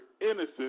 innocent